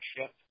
ship